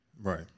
right